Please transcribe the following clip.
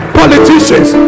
politicians